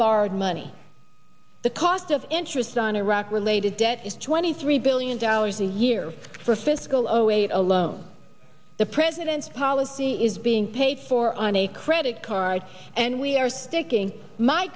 borrowed money the cost of interest on iraq related debt is twenty three billion dollars a year for fiscal zero eight alone the president's policy is being paid for on a credit card and we are sticking my